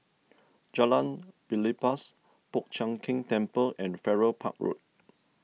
Jalan Belibas Po Chiak Keng Temple and Farrer Park Road